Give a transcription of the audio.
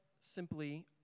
simply